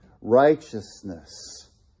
righteousness